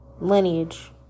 lineage